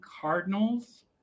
Cardinals